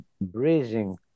breathing